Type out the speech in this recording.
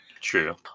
True